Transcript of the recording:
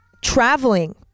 Traveling